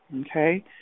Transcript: okay